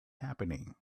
happening